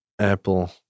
Apple